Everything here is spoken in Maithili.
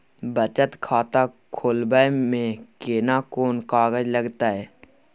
बचत खाता खोलबै में केना कोन कागज लागतै?